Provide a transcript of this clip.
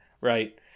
Right